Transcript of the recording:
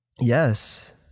Yes